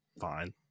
fine